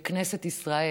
בכנסת ישראל,